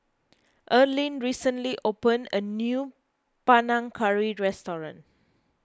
Earlene recently opened a new Panang Curry restaurant